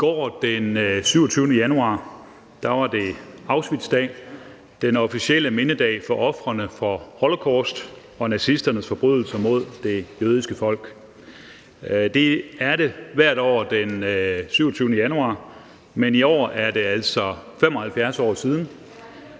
I går, den 27. januar, var det Auschwitzdag, den officielle mindedag for ofrene for holocaust og nazisternes forbrydelser mod det jødiske folk. Det er det hvert år den 27. januar, men i år er det altså 75 år siden,